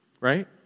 right